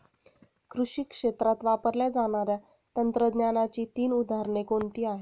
कृषी क्षेत्रात वापरल्या जाणाऱ्या तंत्रज्ञानाची तीन उदाहरणे कोणती आहेत?